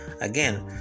again